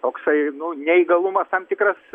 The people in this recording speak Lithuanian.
toksai nu neįgalumas tam tikras